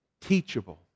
teachable